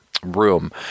room